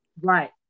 Right